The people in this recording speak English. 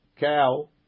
cow